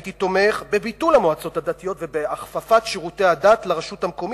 הייתי תומך בביטול המועצות הדתיות ובהכפפת שירותי הדת לרשות המקומית,